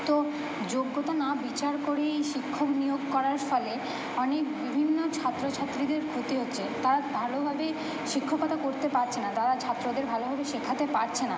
তো যোগ্যতা না বিচার করেই শিক্ষক নিয়োগ করার ফলে অনেক বিভিন্ন ছাত্র ছাত্রীদের ক্ষতি হচ্ছে তারা ভালোভাবে শিক্ষকতা করতে পারছে না তারা ছাত্রদের ভালোভাবে শেখাতে পারছে না